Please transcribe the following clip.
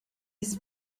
his